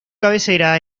cabecera